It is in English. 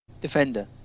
Defender